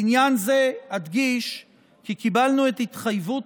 בעניין זה אדגיש כי קיבלנו את התחייבות